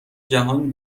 جهان